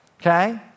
okay